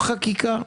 - או חקיקה,